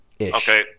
Okay